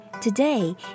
Today